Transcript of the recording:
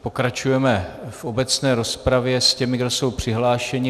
Pokračujeme v obecné rozpravě s těmi, kdo jsou přihlášeni.